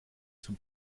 zum